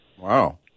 Wow